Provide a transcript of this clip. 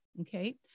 okay